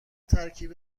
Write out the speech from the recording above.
ترکیب